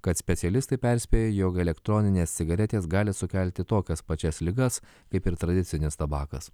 kad specialistai perspėja jog elektroninės cigaretės gali sukelti tokias pačias ligas kaip ir tradicinis tabakas